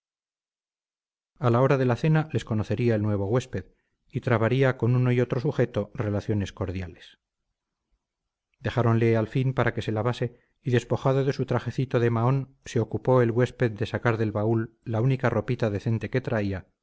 a la hora de la cena les conocería el nuevo huésped y trabaría con uno y otro sujeto relaciones cordiales dejáronle al fin para que se lavase y despojado de su trajecito de mahón se ocupó el huésped en sacar del baúl la única ropita decente que traía